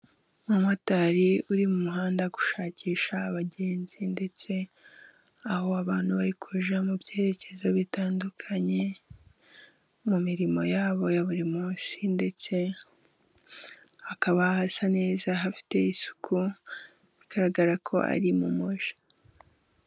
Umumotari uri mu muhanda gushakisha abagenzi, ndetse aho abantu bari kujya mu byerekezo bitandukanye mu mirimo yabo ya buri munsi, ndetse hakaba hasa neza hafite isuku bigaragara ko ari mu mugi.